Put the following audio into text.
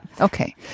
Okay